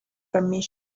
permission